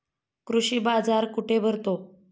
कृषी बाजार कुठे भरतो?